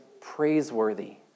praiseworthy